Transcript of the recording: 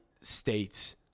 states